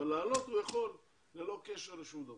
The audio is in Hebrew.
אבל לעלות הוא יכול ללא קשר לשום דבר.